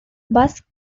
busk